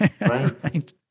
Right